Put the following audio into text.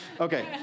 Okay